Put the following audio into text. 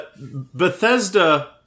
Bethesda